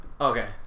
Okay